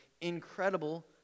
incredible